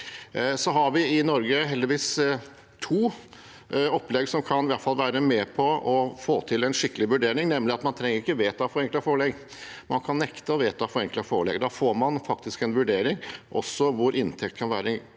Vi har i Norge heldigvis to opplegg som i hvert fall kan være med på å få til en skikkelig vurdering, nemlig at man ikke trenger å vedta forenklet forelegg. Man kan nekte å vedta forenklet forelegg. Da får man faktisk en vurdering hvor inntekt kan være